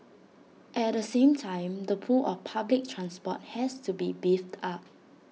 at the same time the pull of public transport has to be beefed up